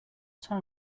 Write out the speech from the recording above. time